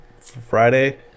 Friday